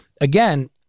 again